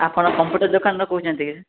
ଆପଣ କମ୍ପ୍ୟୁଟର୍ ଦୋକାନରୁ କହୁଛନ୍ତି କି